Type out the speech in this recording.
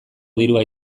dirua